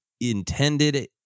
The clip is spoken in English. intended